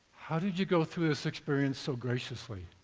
how did you go through this experience so graciously?